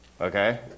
Okay